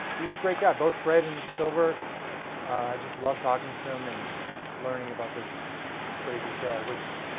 he was great guy. both fred and silver, i just loved talking to them, and learning about this crazy show. i wish